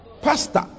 pastor